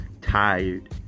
tired